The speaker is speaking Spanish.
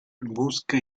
busca